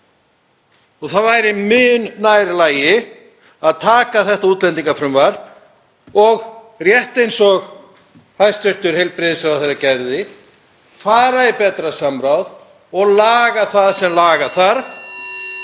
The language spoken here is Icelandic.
Það væri mun nær lagi að taka þetta útlendingafrumvarp og, rétt eins og hæstv. heilbrigðisráðherra gerði, fara í betra samráð og laga það sem laga þarf